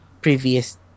previous